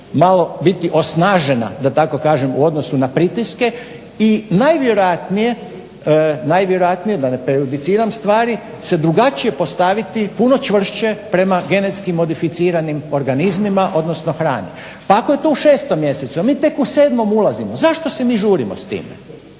malo biti osnažena da tako kažem u odnosu na pritiske i najvjerojatnije, da ne prejudiciram stvari, se drugačije postaviti, puno čvršće prema GMO-ima odnosno hrani. Pa ako je to u 6. mjesecu, a mi tek u 7. ulazimo zašto se mi žurimo s tim?